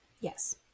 Yes